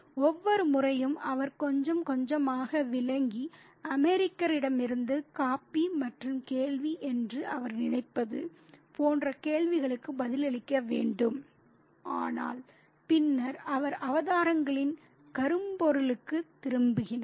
ஒவ்வொரு முறையும் அவர் கொஞ்சம் கொஞ்சமாக விலகி அமெரிக்கரிடமிருந்து காபி பற்றிய கேள்வி என்று அவர் நினைப்பது போன்ற கேள்விகளுக்கு பதிலளிக்க வேண்டும் ஆனால் பின்னர் அவர் அவதாரங்களின் கருப்பொருளுக்குத் திரும்புகிறார்